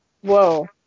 whoa